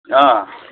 अँ